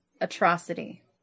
atrocity